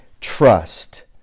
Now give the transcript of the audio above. trust